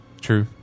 True